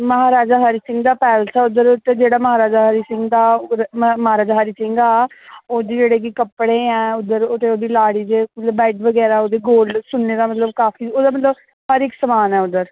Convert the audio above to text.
महाराजा हरि सिंह दा पैलेस ऐ उद्धर ते जेह्ड़ा महाराजा हरि सिंह दा महाराजा हरि सिंह हा ओह्दे जेह्ड़े कि कपड़े न उद्धर ते ओहदी लाड़ी दे ते ओह्दे बेड बगैरा ते ओह्दा गोल्ड सुन्ने दा मतलब काफी ओह्दा मतलब हर इक समान ऐ उद्धर